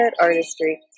Artistry